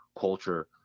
culture